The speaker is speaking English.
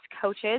coaches